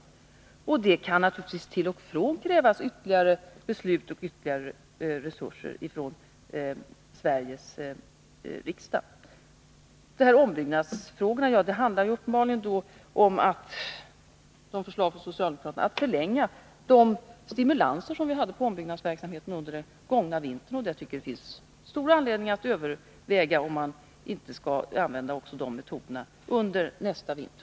Av och till kan det naturligtvis krävas ytterligare beslut och resurser från Sveriges riksdag. Socialdemokraternas förslag i ombyggnadsfrågorna handlar uppenbarligen om att förlänga de stimulanser som vi gav under den gångna vintern, och jag tycker att det finns stor anledning att överväga om man inte skall använda de metoderna också nästa vinter.